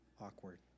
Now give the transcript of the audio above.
Awkward